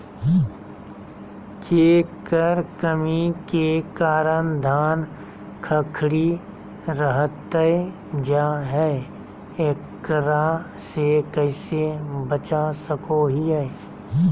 केकर कमी के कारण धान खखड़ी रहतई जा है, एकरा से कैसे बचा सको हियय?